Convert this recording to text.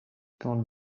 quand